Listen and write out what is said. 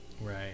Right